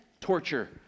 torture